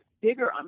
bigger